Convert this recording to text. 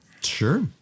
Sure